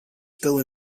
still